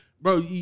bro